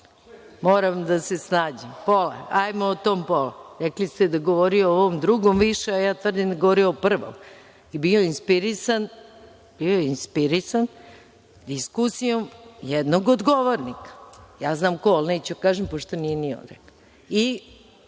Moram da se snađem. Hajmo o tome, rekli ste da je govorio o ovom drugom više, a tvrdim da je govorio ovom prvom. Bio inspirisan diskusijom jednog od govornika, ja znam ko, a neću da kažem, pošto nije ni on rekao.